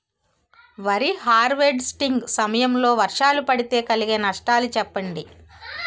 వరి హార్వెస్టింగ్ సమయం లో వర్షాలు పడితే కలిగే నష్టాలు చెప్పండి?